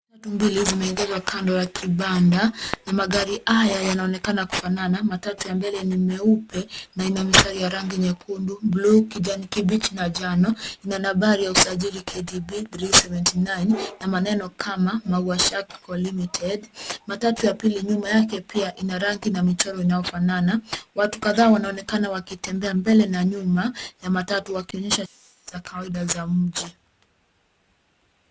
Matatu mbili zimeegezwa kando ya kibanda na magari haya yanaonekana kufanana. Matatu ya mbele ni meupe na ina mistari ya rangi nyekundu, buluu, kijani kibichi na njano. Ina nambari ya usajili KDB 379 na maneno kama Mawashacco limited . Matatu ya pili nyuma yake pia ina rangi na michoro inayofanana. Watu kadhaa wanaonekana wakitembea mbele na nyuma ya matatu wakionyesha shughuli za kawaida za mji.